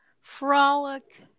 frolic